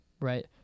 Right